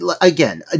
again